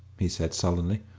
he said sullenly.